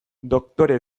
doktore